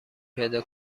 پیدا